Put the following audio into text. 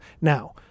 Now